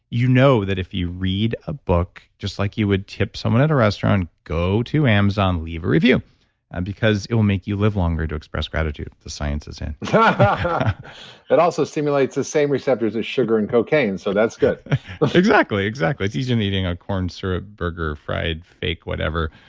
you know that if you read a book just like you would tip someone at a restaurant, go to amazon, leave a review and because it will make you live longer to express gratitude to sciences and but it also stimulates the same receptors as sugar and cocaine, so that's good exactly. exactly. it's easier than and eating a corn syrup burger fried fake whatever.